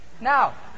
now